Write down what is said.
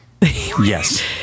Yes